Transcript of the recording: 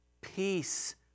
peace